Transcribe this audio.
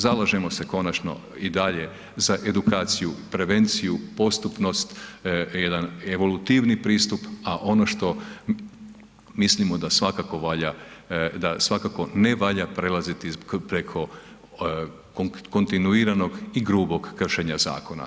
Zalažemo se konačno i dalje za edukaciju, prevenciju, postupnost, jedan evolutivni pristup, a ono što mislimo da svakako valja, da svakako ne valja prelaziti preko kontinuiranog i grubog kršenja zakona.